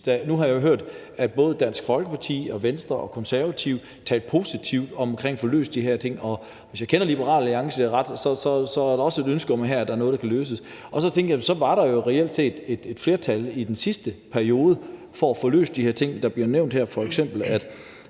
Nu har jeg jo hørt, at både Dansk Folkeparti og Venstre og Konservative har talt positivt om at få løst de her ting, og hvis jeg kender Liberal Alliance ret, er der også et ønske her om, at det kan løses. Så tænkte jeg, at der jo reelt set var et flertal i den sidste periode for at få løst de ting, der bliver nævnt her, f.eks.